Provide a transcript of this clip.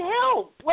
help